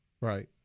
Right